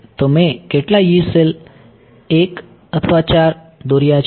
તો મેં કેટલા Yee સેલ 1 અથવા 4 દોર્યા છે